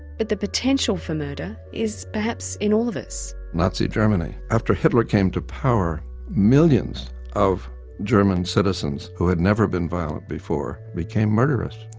but the potential for murder is perhaps in all of us. nazi germany. after hitler came to power millions of german citizens who had never been violent before became murderers.